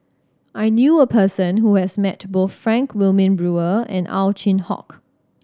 I knew a person who has met both Frank Wilmin Brewer and Ow Chin Hock